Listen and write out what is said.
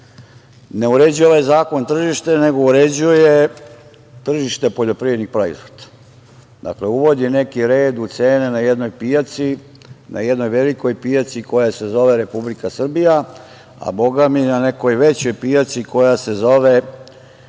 Ne uređuje ovaj zakon tržište, nego uređuje tržište poljoprivrednih proizvoda. Dakle, uvodi neki red u cene na jednoj pijaci, na jednoj velikoj pijaci koja se zove Republika Srbija, a Boga mi, na nekoj većoj pijaci koja se zove regionalno